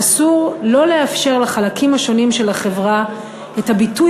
אסור שלא לאפשר לחלקים השונים של החברה את הביטוי